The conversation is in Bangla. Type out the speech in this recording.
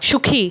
সুখী